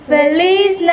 Feliz